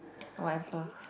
whatever